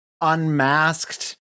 unmasked